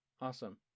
Awesome